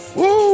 woo